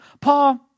Paul